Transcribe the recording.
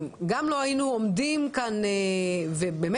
באמת